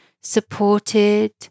supported